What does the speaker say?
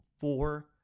four